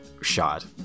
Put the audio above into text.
shot